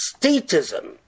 statism